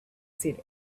said